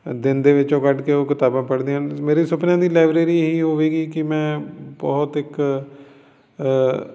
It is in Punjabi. ਦਿਨ ਦੇ ਵਿੱਚੋਂ ਕੱਢ ਕੇ ਉਹ ਕਿਤਾਬਾਂ ਪੜ੍ਹਦੇ ਹਨ ਮੇਰੇ ਸੁਪਨਿਆਂ ਦੀ ਲਾਇਬ੍ਰੇਰੀ ਹੀ ਹੋਵੇਗੀ ਕਿ ਮੈਂ ਬਹੁਤ ਇੱਕ